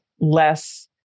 less